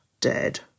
dead